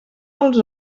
pels